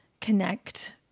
connect